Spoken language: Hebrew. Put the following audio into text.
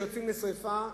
כשיוצאים לכיבוי שרפה,